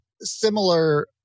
similar